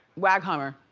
wagmeister